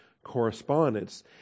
correspondence